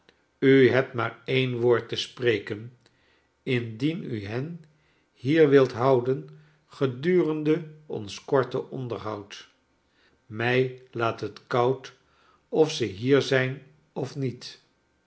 u hebt maar een woord te spreken indien u hen hier wilt houden gedurende ons korte onderhoud mij laat het koud of ze hier zijn of niet